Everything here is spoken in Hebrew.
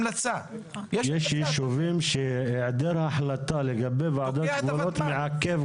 ב-250,000 בשלושה החודשים הקרובים כך שאני מאמינה